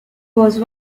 was